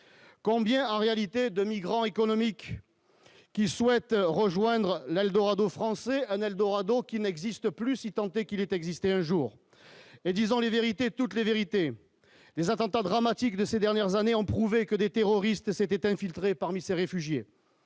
combien en réalité de migrants économiques qui souhaitent rejoindre l'eldorado français Dorado qui n'existe plus, si tant est qu'il est exister un jour, il y a 10 ans, les vérité, toute la vérité des attentats dramatiques de ces dernières années ont prouvé que des terroristes s'étaient infiltrés parmi ces réfugiés,